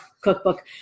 cookbook